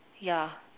ya